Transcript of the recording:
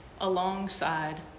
alongside